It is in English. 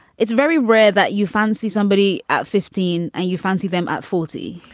it's very rare that you fancy somebody at fifteen and you fancy them at forty.